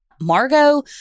Margot